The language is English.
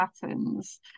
patterns